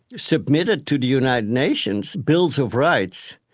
submitted to the united nations' bills of rights,